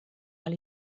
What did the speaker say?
ahal